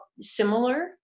similar